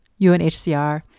UNHCR